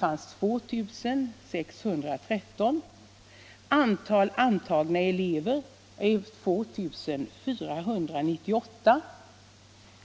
finns 2 613 platser, och antalet antagna elever är 2498.